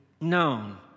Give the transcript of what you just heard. known